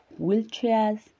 wheelchairs